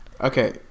Okay